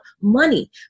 money